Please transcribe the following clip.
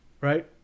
right